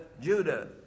Judah